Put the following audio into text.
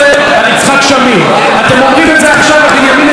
אתם אומרים את זה עכשיו על בנימין נתניהו ועל הממשלה שלנו,